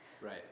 right